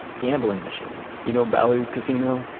gambling machines you know bally's casino?